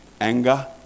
Anger